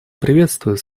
приветствует